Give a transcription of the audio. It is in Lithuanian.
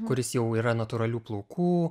kuris jau yra natūralių plaukų